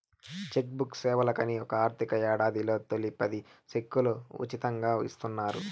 check book సేవలకని ఒక ఆర్థిక యేడాదిలో తొలి పది సెక్కులు ఉసితంగా ఇస్తున్నారు